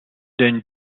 denn